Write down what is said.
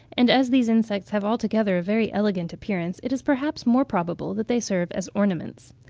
and as these insects have altogether a very elegant appearance, it is perhaps more probable that they serve as ornaments.